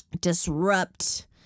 disrupt